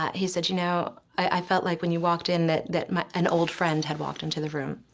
he said, you know i felt like, when you walked in that that an old friend had walked into the room.